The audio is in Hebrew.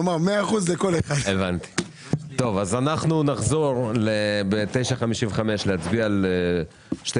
אנחנו נחזור בשעה 9:55 להצביע על שתי